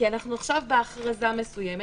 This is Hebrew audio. כי אנחנו עכשיו בהכרזה מסוימת.